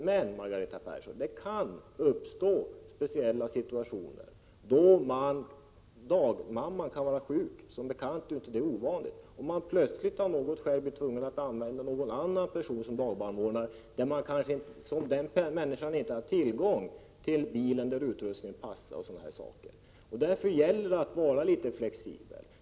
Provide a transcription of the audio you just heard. Men, Margareta Persson, det kan uppstå speciella situationer — dagmamman kan vara sjuk, vilket som bekant inte är ovanligt — då man av något skäl plötsligt blir tvungen att anlita någon annan person som dagbarnvårdare. Den personen kanske inte har tillgång till en bil där ens utrustning passar osv. Därför gäller det att vara litet flexibel.